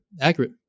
Accurate